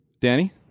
Danny